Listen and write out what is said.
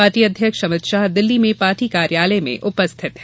party अध्यक्ष अमित शाह दिल्ली में party कार्यालय में उपस्थित हैं